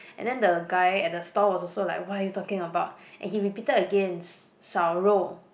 and then the guy at the stall was also like what are you talking about and he repeated again 烧肉